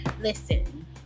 Listen